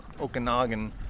Okanagan